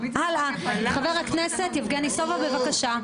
חבר הכנסת יבגני סובה, בבקשה.